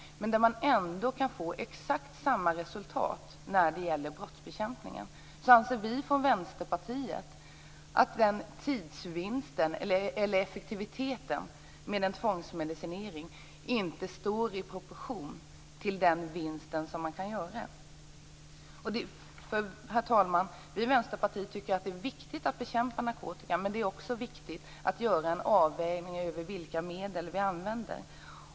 Man får ändå exakt samma resultat när det gäller brottsbekämpningen. Då anser vi från Vänsterpartiet att effektivitetsvinsten vid en tvångsmedicinering inte står i proportion till den vinst man kan göra. Herr talman! Vi i Vänsterpartiet tycker att det är viktigt att bekämpa narkotika - men det är också viktigt att göra en avvägning mellan de medel man använder.